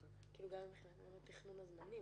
היא לא מיוצרת על ידו הוא רק מקבל ממנה איזושהי